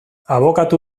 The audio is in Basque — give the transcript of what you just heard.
abokatu